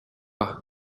aha